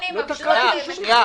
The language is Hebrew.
נאמר